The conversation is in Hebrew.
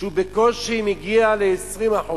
שהוא בקושי מגיע ל-20%,